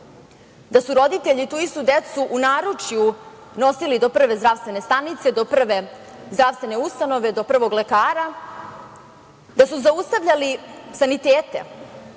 da su roditelji tu istu decu u naručju nosili do prve zdravstvene stanice, do prve zdravstvene ustanove, do prvog lekara, da su zaustavljali sanitete